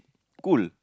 cool